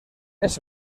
ese